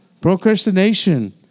procrastination